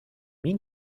mean